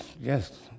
Yes